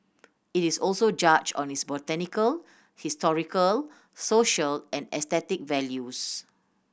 it is also judged on its botanical historical social and aesthetic values